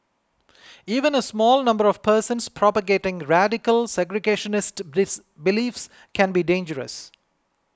even a small number of persons propagating radical segregationist beliefs can be dangerous